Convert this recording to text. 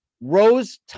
Rose